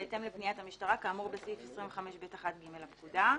בהתאם לפניית המשטרה כאמור בסעיף 25ב1(ג) לפקודה.